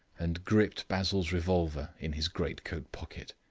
and gripped basil's revolver in his great-coat pocket.